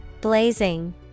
Blazing